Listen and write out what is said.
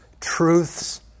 truths